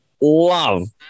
love